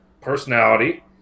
personality